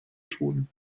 tun